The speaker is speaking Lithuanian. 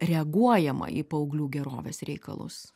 reaguojama į paauglių gerovės reikalus